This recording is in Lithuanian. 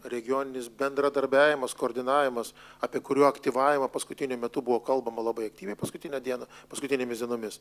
regioninis bendradarbiavimas koordinavimas apie kurio aktyvavimą paskutiniu metu buvo kalbama labai aktyviai paskutinę dieną paskutinėmis dienomis